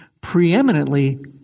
preeminently